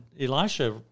Elisha